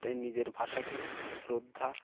তাই নিজের ভাষাকে শ্রদ্ধা